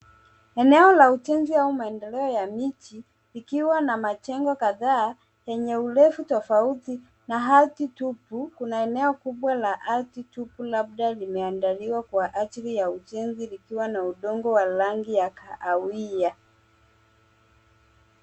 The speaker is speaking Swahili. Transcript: Eneo la ujenzi au maendeleo ya miji ikiwa na majengo kadhaa yenye urefu tofauti na ardhi tupu. Kuna eneo kubwa la ardhi tupu labda limeandaliwa kwa ajili ya ujenzi likiwa na udongo wa rangi ya kahawia.